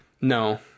No